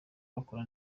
bakora